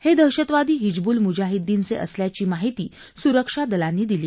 हे दहशतवादी हिजबूल मुजाहिद्दीन चे असल्याची माहिती सुरक्षा दलांनी दिली